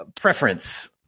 preference